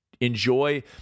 enjoy